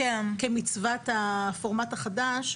כמצוות הפורמט החדש,